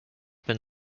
been